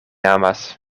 amas